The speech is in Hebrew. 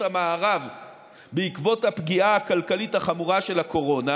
המערב בעקבות הפגיעה הכלכלית החמורה של הקורונה,